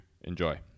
Enjoy